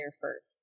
first